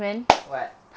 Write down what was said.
what